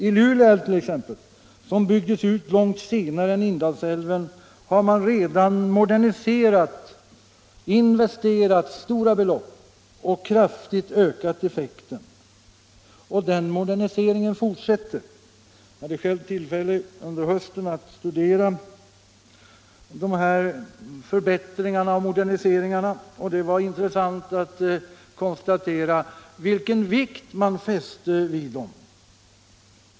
I Lule älv, som byggdes ut långt senare än Indalsälven, har man redan moderniserat, investerat stora belopp och kraftigt ökat effekten. Den moderniseringen fortsätter. Jag hade själv tillfälle under hösten att studera dessa förbättringar och moderniseringar och det var intressant att konstatera vilken vikt man fäste vid dem.